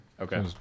Okay